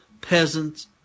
peasant's